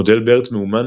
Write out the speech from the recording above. מודל BERT מאומן